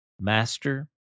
Master